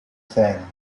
thing